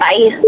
Bye